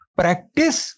practice